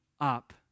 up